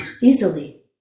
easily